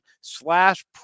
slash